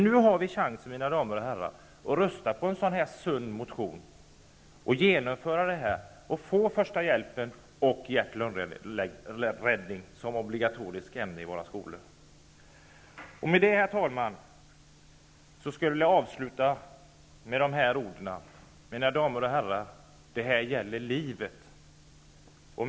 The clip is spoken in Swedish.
Vi har nu chansen, mina damer och herrar, att rösta på en sund motion och införa första hjälpen och hjärt och lungräddning som obligatoriskt ämne i våra skolor. Jag skulle vilja avsluta med de här orden: Det gäller livet.